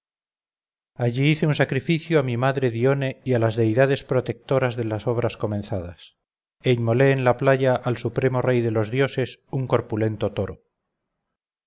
allí hice un sacrificio a mi madre dione y a las deidades protectoras de las obras comenzadas e inmolé en la playa al supremo rey de los dioses un corpulento toro